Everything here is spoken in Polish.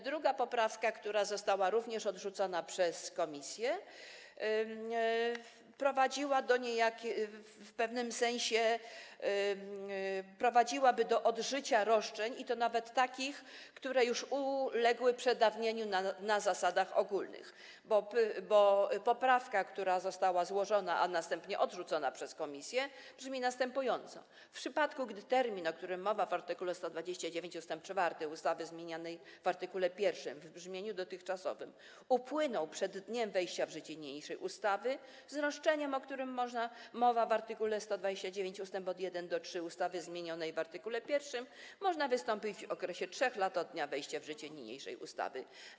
Druga poprawka, która została również odrzucona przez komisję, w pewnym sensie prowadziłaby do odżycia roszczeń, i to nawet takich, które już uległy przedawnieniu na zasadach ogólnych, bo poprawka, która została złożona, a następnie odrzucona przez komisję, brzmi następująco: W przypadku gdy termin, o którym mowa w art. 129 ust. 4 ustawy zmienianej w art. 1, w brzmieniu dotychczasowym, upłynął przed dniem wejścia w życie niniejszej ustawy, z roszczeniem, o którym mowa w art. 129 ust. 1–3 ustawy zmienianej w art. 1, można wystąpić w okresie 3 lat od dnia wejścia w życie niniejszej ustawy.